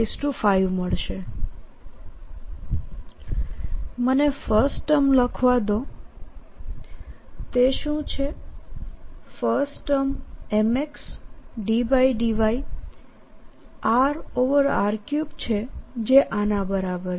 z z rr5 મને first term લખવા દોતે શું છેફર્સ્ટ ટર્મ mx∂y છે જે આના બરાબર છે